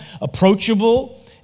approachable